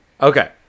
Okay